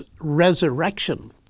resurrection